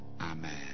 Amen